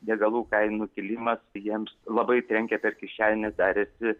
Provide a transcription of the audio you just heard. degalų kainų kilimas jiems labai trenkė per kišenę darėsi